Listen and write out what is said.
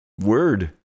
Word